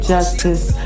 Justice